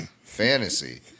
fantasy